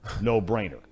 No-brainer